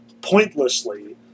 pointlessly